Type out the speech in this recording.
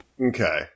Okay